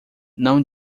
não